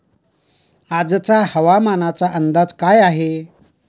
आजचा हवामानाचा अंदाज काय आहे?